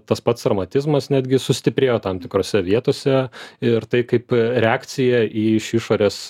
tas pats sarmatizmas netgi sustiprėjo tam tikrose vietose ir tai kaip reakcija į iš išorės